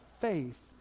faith